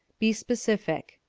be specific.